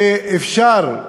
שאפשר,